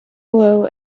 blow